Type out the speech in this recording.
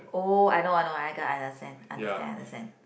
oh I know I know I got I understand understand understand